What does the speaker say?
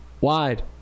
Wide